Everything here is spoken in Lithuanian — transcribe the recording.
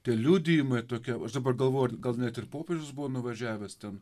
tie liudijimai tokia aš dabar galvoju gal net ir popiežius buvo nuvažiavęs ten